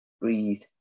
Breathe